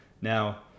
Now